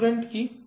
measurand কি